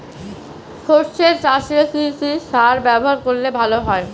সর্ষে চাসে কি কি সার ব্যবহার করলে ভালো হয়?